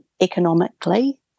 economically